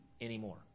anymore